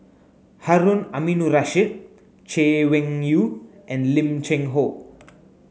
Harun Aminurrashid Chay Weng Yew and Lim Cheng Hoe